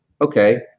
okay